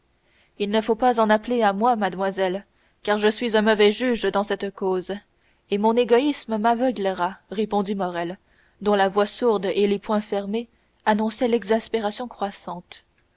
il ne faut pas en appeler à moi mademoiselle car je suis un mauvais juge dans cette cause et mon égoïsme m'aveuglera répondit morrel dont la voix sourde et les poings fermés annonçaient l'exaspération croissante